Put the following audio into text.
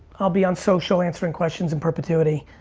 i'll be on social answering questions in perpetuity.